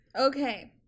Okay